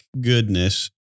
goodness